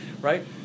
right